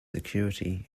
security